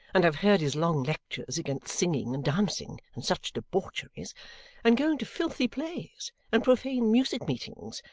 and have heard his long lectures against singing and dancing and such debaucheries, and going to filthy plays, and profane music meetings,